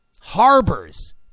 harbors